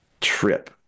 trip